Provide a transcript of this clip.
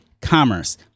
Commerce